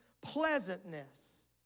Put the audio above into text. pleasantness